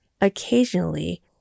Occasionally